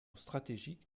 stratégique